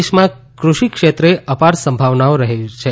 દેશમાં કૃષિ ક્ષેત્રે અપાર સંભાવનાઓ રહેલી છે